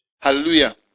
Hallelujah